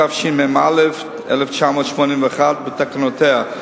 התשמ"א 1981, ובתקנותיה.